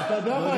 אתה יודע מה?